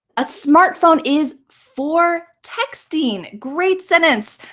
a smartphone is for texting. great sentence.